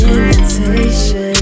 invitation